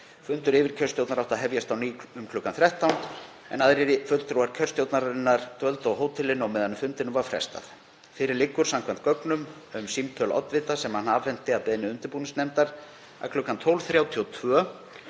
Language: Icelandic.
Fundur yfirkjörstjórnar átti að hefjast á ný kl. 13.00 en aðrir fulltrúar kjörstjórnarinnar dvöldu á hótelinu á meðan fundinum var frestað. Fyrir liggur, samkvæmt gögnum um símtöl oddvita sem hann afhenti að beiðni undirbúningsnefndarinnar, að kl. 12.32